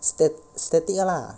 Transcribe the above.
sta~ static one lah